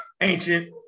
ancient